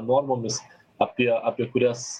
normomis apie apie kurias